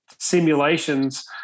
simulations